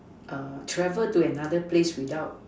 travel to another place without